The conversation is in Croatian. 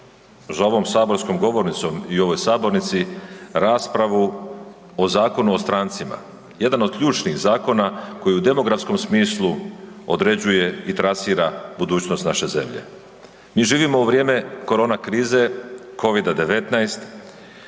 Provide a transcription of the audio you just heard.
za ovom saborskom govornicom i u ovoj sabornici raspravu o Zakonu o strancima. Jedan od ključnih zakona koji u demografskom smislu određuje i trasira budućnost naše zemlje. Mi živimo u vrijeme korona krize COVID-a 19,